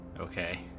Okay